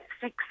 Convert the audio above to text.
six